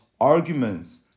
arguments